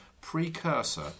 precursor